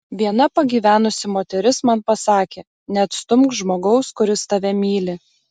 viena pagyvenusi moteris man pasakė neatstumk žmogaus kuris tave myli